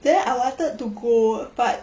then I wanted to go but